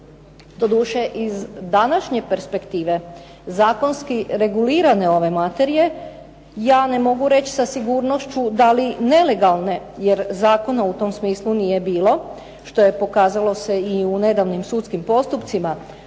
doduše iz današnje perspektive zakonski regulirane ove materije ja ne mogu reći sa sigurnošću da li nelegalne, jer zakona u tom smislu nije bilo, što je pokazalo se u nedavnim sudskim postupcima,